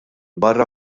barra